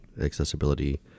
accessibility